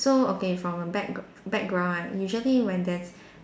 so okay from a back background right usually when there's